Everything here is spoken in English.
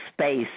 space